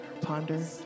ponder